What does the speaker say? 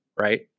Right